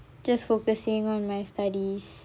just focusing on my studies